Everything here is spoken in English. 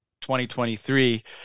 2023